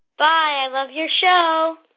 bye. i love your show